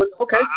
Okay